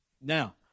Now